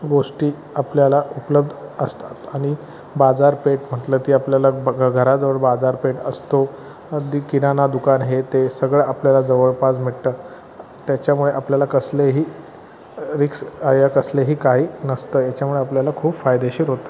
गोष्टी आपल्याला उपलब्ध असतात आणि बाजारपेठ म्हटलं ती आपल्याला बग् घराजवळ बाजारपेठ असतो अगदी किराणा दुकान हे ते सगळं आपल्याला जवळपास भेटतं त्याच्यामुळे आपल्याला कसलेही रिक्स आहे या कसलेही काही नसतं याच्यामुळं आपल्याला खूप फायदेशीर होतं